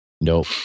Nope